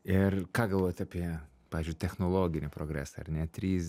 ir ką galvojat apie pavyzdžiui technologinį progresą ar ne trys